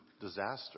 disaster